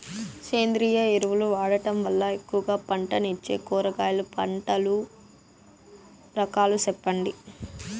సేంద్రియ ఎరువులు వాడడం వల్ల ఎక్కువగా పంటనిచ్చే కూరగాయల పంటల రకాలు సెప్పండి?